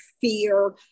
fear